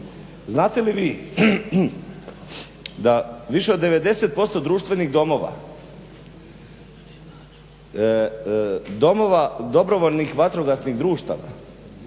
Znate li vi da više od 90% društvenih domova, domova dobrovoljnih vatrogasnih društava